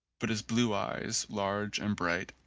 but his blue eyes, large and bright,